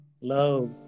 love